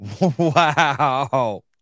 Wow